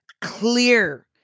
clear